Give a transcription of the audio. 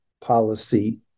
policy